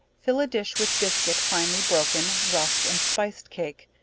fill a dish with biscuit finely broken, rusk and spiced cake,